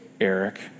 Eric